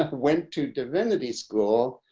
like went to divinity school.